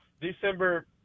December